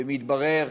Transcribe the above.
ומתברר,